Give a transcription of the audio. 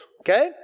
okay